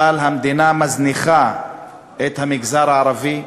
אבל המדינה מזניחה את המגזר הערבי,